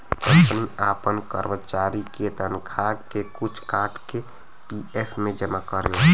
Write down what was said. company आपन करमचारी के तनखा के कुछ काट के पी.एफ मे जमा करेलन